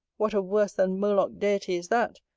what a worse than moloch deity is that,